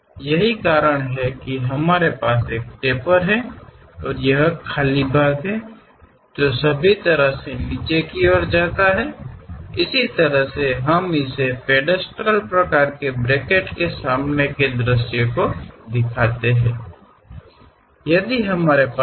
ಮತ್ತು ಅದು ಟೊಳ್ಳಾಗಿದೆ ಆದ್ದರಿಂದ ಮತ್ತೆ ನಾವು ಆ ಮೊನಚಾದ ಭಾಗವನ್ನು ಹೊಂದಿದ್ದೇವೆ ಈ ಮೊನಚಾದ ಭಾಗವನ್ನು ನಾವು ಹೊಂದಿರುವ ಎಲ್ಲಾ ರೀತಿಯಲ್ಲಿ ಅದು ಕೆಳಗೆ ಹೋಗುತ್ತದೆ ಈ ಪೀಠದ ರೀತಿಯ ಬ್ರಾಕೆಟ್ನ ಮುಂಭಾಗದ ನೋಟವನ್ನು ನಾವು ಪ್ರತಿನಿಧಿಸುವ ವಿಧಾನ ಇದು